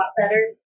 better